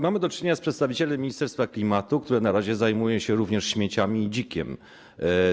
Mamy do czynienia z przedstawicielem Ministerstwa Klimatu, które na razie zajmuje się również śmieciami i dzikiem.